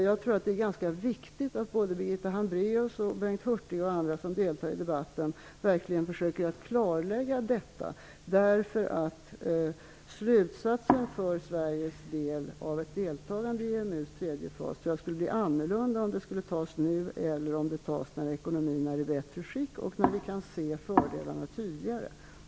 Jag tror att det är ganska viktigt att Birgitta Hambraeus, Bengt Hurtig och andra som deltar i debatten verkligen försöker klarlägga detta, därför att slutsatsen för Sveriges del beträffande ett deltagande i EMU:s tredje fas skulle, tror jag, bli annorlunda om detta tas nu jämfört med om det tas när ekonomin är i ett bättre skick och när vi tydligare kan se fördelarna.